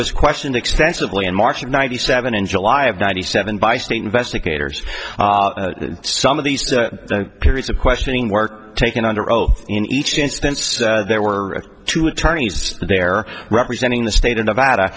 was questioned extensively in march of ninety seven in july of ninety seven by state investigators some of these periods of questioning where taken under oath in each instance there were two attorneys there representing the state of nevada